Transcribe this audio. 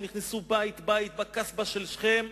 שנכנסו בית-בית בקסבה של שכם,